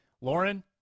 Lauren